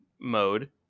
mode